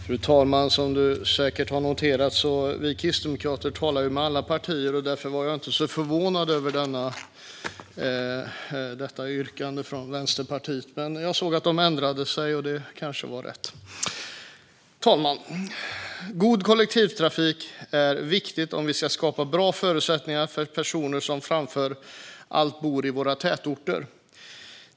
Fru talman! Som fru talmannen säkert har noterat talar vi kristdemokrater med alla partier, och därför blev jag inte så förvånad över detta yrkande från Vänsterpartiet. Men jag hörde att de ändrade sig, och det kanske var rätt. Fru talman! God kollektivtrafik är viktigt om vi ska skapa bra förutsättningar framför allt för personer som bor i våra tätorter.